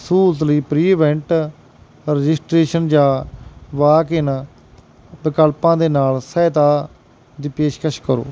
ਸਹੂਲਤ ਲਈ pre-event registration ਜਾਂ ਵਾਕ ਇਨ ਵਿਕਲਪਾਂ ਦੇ ਨਾਲ ਸਹਾਇਤਾ ਦੀ ਪੇਸ਼ਕਸ਼ ਕਰੋ